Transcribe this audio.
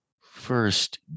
first